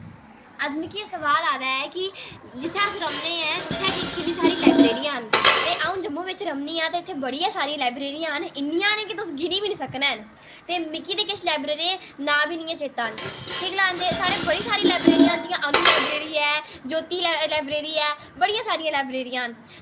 अज्ज मिगी सोआल आये दा की जित्थें अस रौह्ने आं उत्थें किन्नी सारी लाईब्रेरियां न ते अंऊ जम्मू बिच रौह्नी आं ते इत्थें बहोत सारियां लाईब्रेरियां न इन्नियां न की तुस गिनी बी निं सकने न ते मिगी किश लाईब्रेरी दे नाम बी निं चेत्ता न ते केह् आक्खदे साढ़े बड़ी सारी लाईब्रेरी न जियां अनु लाईब्रेरी ऐ ज्योति लाईब्रेरी ऐ बड़ियां सारियां लाईब्रेरियां न